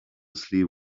sleep